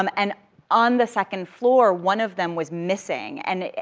um and on the second floor, one of them was missing, and,